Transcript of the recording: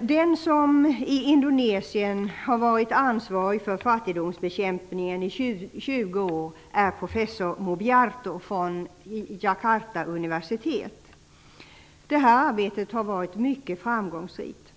Den som i Indonesien har varit ansvarig för fattigdomsbekämpningen i 20 år är professor Mubyarto från Jakartas universitet. Det här arbetet har varit mycket framgångsrikt.